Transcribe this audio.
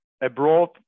abroad